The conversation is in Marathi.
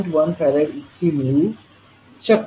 1 फॅरड इतकी मिळवू शकते